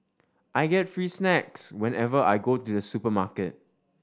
I get free snacks whenever I go to the supermarket